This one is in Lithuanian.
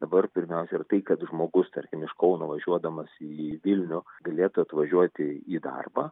dabar pirmiausia yra tai kad žmogus tarkim iš kauno važiuodamas į vilnių galėtų atvažiuoti į darbą